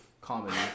comedy